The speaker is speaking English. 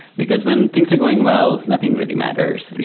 because when things are going well, nothing really matters.